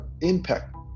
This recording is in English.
impact